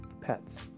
pets